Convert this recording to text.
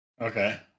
Okay